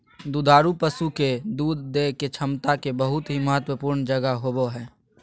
दुधारू पशु के दूध देय के क्षमता के बहुत ही महत्वपूर्ण जगह होबय हइ